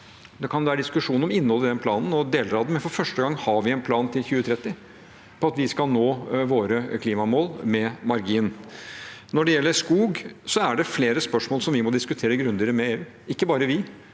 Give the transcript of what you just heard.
Det kan være diskusjon om innholdet i den planen og deler av den, men for første gang har vi en plan til 2030 om at vi skal nå våre klimamål med margin. Når det gjelder skog, er det flere spørsmål som vi må diskutere grundigere med EU – ikke bare vi,